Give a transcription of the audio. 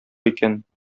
икән